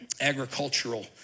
agricultural